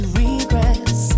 regress